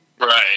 Right